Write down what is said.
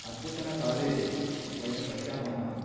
अद्यतनकाले वयं पश्यामः